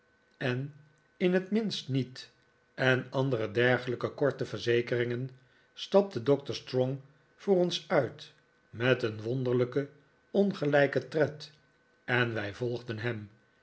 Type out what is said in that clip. en in het minst niet en andere dergelijke korte verzekeringen stapte doctor strong voor ons uit met een wonderlijken ongelijken tred en wij volgden hem